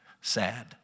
sad